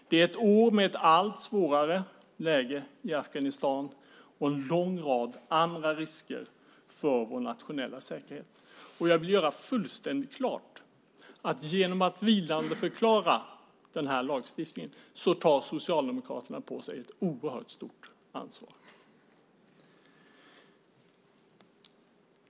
Det är ett år med ett allt svårare läge i Afghanistan och en lång rad andra risker för vår nationella säkerhet. Jag vill göra fullständigt klart att genom att vilandeförklara lagstiftningen tar Socialdemokraterna på sig ett oerhört stort ansvar.